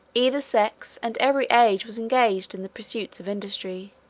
either sex, and every age, was engaged in the pursuits of industry,